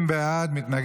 (תיקון,